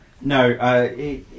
No